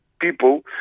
People